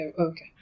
Okay